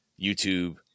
YouTube